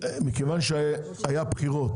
כיוון שהיו בחירות